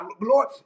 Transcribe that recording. Lord